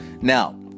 Now